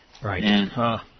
Right